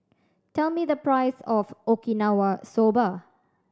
tell me the price of Okinawa Soba